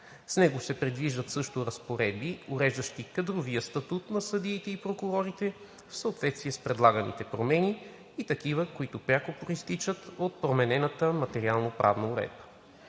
С него се предвиждат също разпоредби, уреждащи кадровия статут на съдиите и прокурорите в съответствие с предлаганите промени и такива, които пряко произтичат от променената материално-правна уредба.